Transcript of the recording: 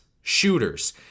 shooters